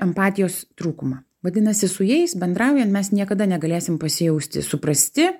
empatijos trūkumą vadinasi su jais bendraujant mes niekada negalėsim pasijausti suprasti